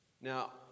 Now